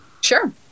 sure